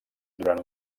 durant